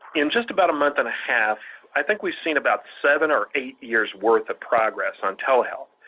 in just about a month and a half i think we've seen about seven or eight years' worth of progress on telehealth.